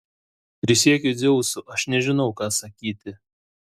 prisiekiu dzeusu aš nežinau ką sakyti